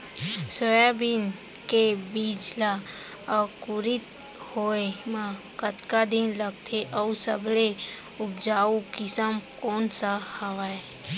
Soybean के बीज ला अंकुरित होय म कतका दिन लगथे, अऊ सबले उपजाऊ किसम कोन सा हवये?